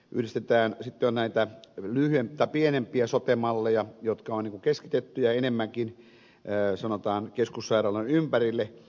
sitten on näitä pienempiä sote malleja jotka on niin kuin keskitettyjä enemmänkin sanotaan keskussairaalan ympärille